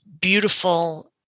beautiful